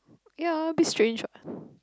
ya a bit strange what